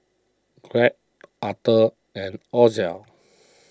Craig Arthur and Ozell